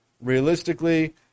realistically